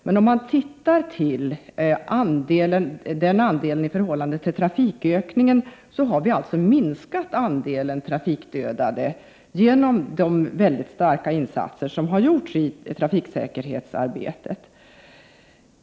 Men om man tittar på den andelen i förhållande till trafikökningen, har vi alltså minskat andelen trafikdödade genom de starka insatser som har genomförts i trafiksäkerhets — Prot. 1988/89:124 arbetet.